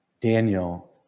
Daniel